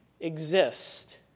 exist